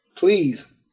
Please